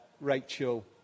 Rachel